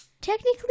technically